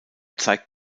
zeigt